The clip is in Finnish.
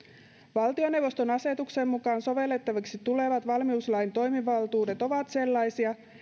valtioneuvoston asetuksen mukaan sovellettaviksi tulevat valmiuslain toimivaltuudet ovat sellaisia